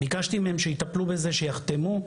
ביקשתי מהם שיטפלו בזה, שיחתמו.